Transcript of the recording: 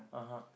(uh huh)